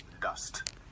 dust